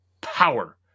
power